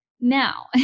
Now